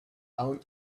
own